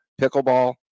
pickleball